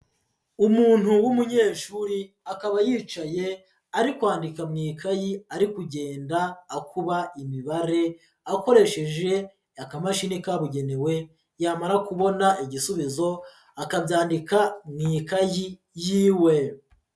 Umuntu w'umunyeshuri, akaba yicaye, ari kwandika mu ikayi ari kugenda akuba imibare, akoresheje akamashini kabugenewe, yamara kubona igisubizo, akabyandika mu ikayi yiwe.